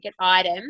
item